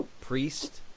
Priest